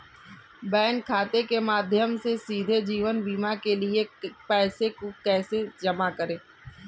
Bank खाते के माध्यम से सीधे जीवन बीमा के लिए पैसे को कैसे जमा करें?